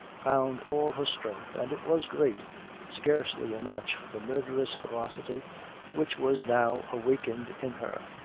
found all her strength and it was great scarcely a match for the murderous ferocity which was now awakened in her.